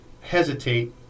hesitate